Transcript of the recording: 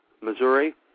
Missouri